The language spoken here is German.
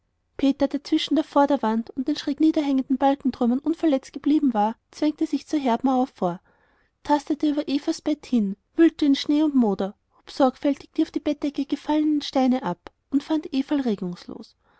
peter der zwischen der vorderwand und den schräg niederhängenden balkentrümmern unverletzt geblieben war zwängte sich zur herdmauer vor tastete über evas bett hin wühlte in schnee und moder hob sorgfältig die auf die bettdecke gefallenen steine ab und fand everl regungslos